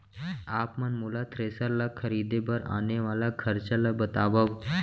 आप मन मोला थ्रेसर ल खरीदे बर आने वाला खरचा ल बतावव?